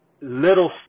little